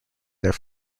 their